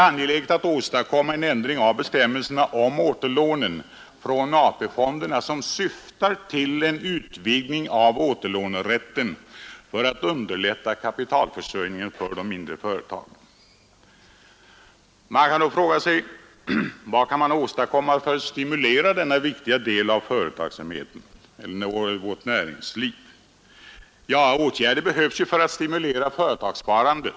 Angeläget är att åstadkomma en ändring av bestämmelserna om återlån från AP-fonderna som syftar till en utvidgning av återlånerätten för att underlätta kapitalförsörjningen för de mindre företagen. Vad kan då göras för att stimulera denna viktiga del av vårt näringsliv? Åtgärder behövs för att stimulera företagssparandet.